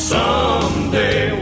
Someday